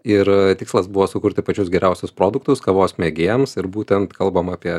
ir tikslas buvo sukurti pačius geriausius produktus kavos mėgėjams ir būtent kalbama apie